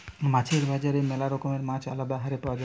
মাছের বাজারে ম্যালা রকমের মাছ আলদা হারে পাওয়া যায়